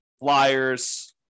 flyers